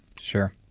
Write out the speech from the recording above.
Sure